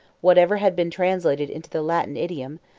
whatever had been translated into the latin idiom,